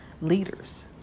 leaders